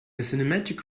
cinematic